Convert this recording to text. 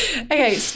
okay